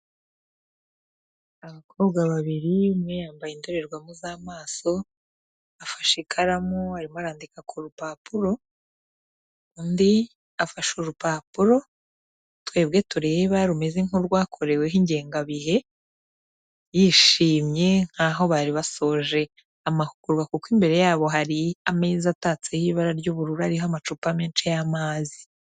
Abakobwa babiri umwe yambaye indorerwamo z'amaso, afashe ikaramu arimo arandika ku rupapuro, undi afashe urupapuro twebwe tureba rumeze nk'urwakoreweho ingengabihe, yishimye nkaho bari basoje amahugurwa, kuko imbere yabo hari ameza atatseho ibara ry'ubururu, ariho amacupa menshi y'amazi.